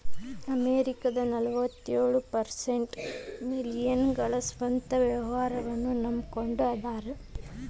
ಅಮೆರಿಕದ ನಲವತ್ಯೊಳ ಪರ್ಸೆಂಟ್ ಮಿಲೇನಿಯಲ್ಗಳ ಸ್ವಂತ ವ್ಯವಹಾರನ್ನ ನಂಬಕೊಂಡ ಅದಾರ